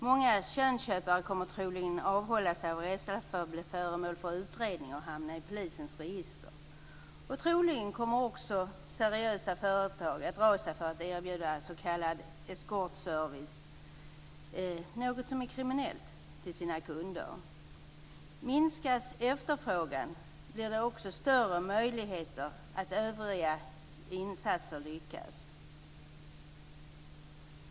Många könsköpare kommer troligen att avhålla sig från att köpa sådana tjänster av rädsla för att bli föremål för utredning och hamna i polisens register. Troligen kommer också seriösa företag att dra sig för att erbjuda s.k. eskortservice - något som är kriminellt - till sina kunder. Minskas efterfrågan blir det också större möjligheter att övriga insatser lyckas.